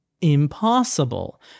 impossible